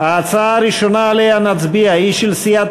ההצעה הראשונה שעליה נצביע היא של סיעת